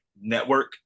network